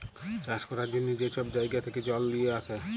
চাষ ক্যরার জ্যনহে যে ছব জাইগা থ্যাকে জল লিঁয়ে আসে